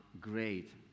great